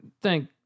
thank